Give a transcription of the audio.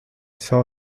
saw